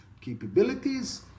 capabilities